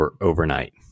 overnight